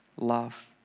love